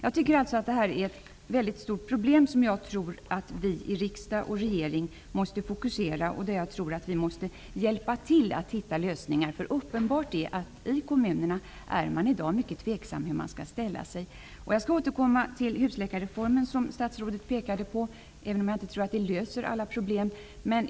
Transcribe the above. Jag tycker att detta är ett stort problem som vi i riksdag och regering måste fokusera. Vi måste hjälpa till att hitta lösningar. Uppenbart är att kommunerna ställer sig tveksamma till vad de skall göra. Jag återkommer till husläkarrefomen som statsrådet pekade på, även om jag inte tror att den löser alla problem.